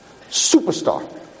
Superstar